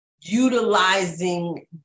utilizing